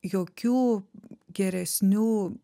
jokių geresnių